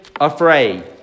afraid